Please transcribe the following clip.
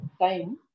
time